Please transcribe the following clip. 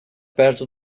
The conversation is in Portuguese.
perto